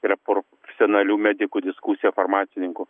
yra profesionalių medikų diskusija farmacininkų